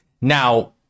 Now